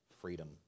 freedom